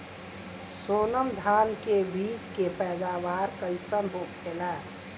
सोनम धान के बिज के पैदावार कइसन होखेला?